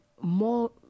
more